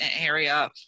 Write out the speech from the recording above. area